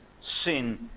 sin